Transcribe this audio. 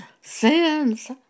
Sins